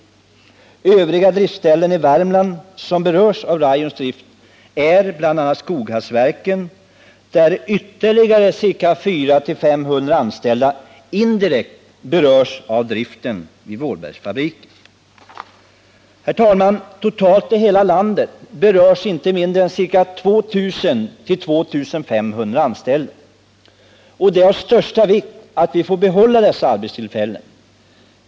Bland övriga driftställen i Värmland som berörs av Rayons drift märks bl.a. Skoghallsverken, där ytterligare ca 400-500 anställda indirekt berörs av driften vid Vålbergfabriken. Totalt i hela landet berörs inte mindre än 2000-2 500 anställda. Det är av största vikt att vi får behålla dessa arbetstillfällen.